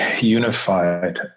unified